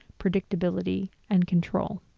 predictability and control.